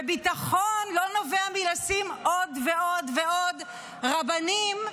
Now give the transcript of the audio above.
וביטחון לא נובע מלשים עוד ועוד ועוד רבנים,